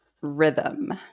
Rhythm